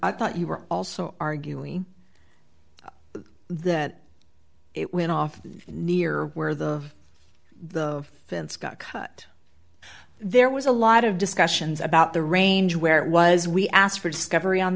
i thought you were also arguing that it went off near where the the fence got cut there was a lot of discussions about the range where it was we asked for discovery on